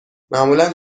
معمولا